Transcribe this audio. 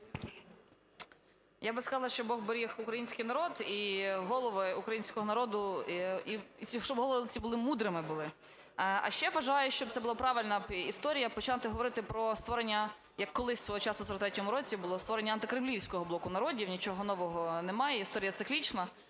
Я би сказала, щоб Бог беріг український народ і голови українського народу… щоб голови ці мудрими були. А ще вважаю, щоб це була б правильна історія, почати говорити про створення, як колись свого часу в 43-му році було, створення антикремлівського блоку народів, нічого нового немає, історія циклічна,